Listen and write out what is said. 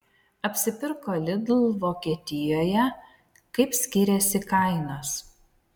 apsipirko lidl vokietijoje kaip skiriasi kainos